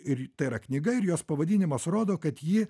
ir tai yra knyga ir jos pavadinimas rodo kad ji